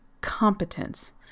competence